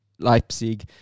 Leipzig